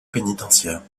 pénitentiaire